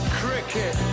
cricket